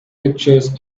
pictures